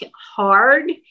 hard